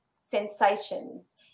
sensations